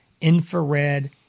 infrared